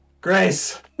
Grace